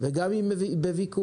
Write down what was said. וגם אם היא בוויכוח